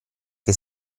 che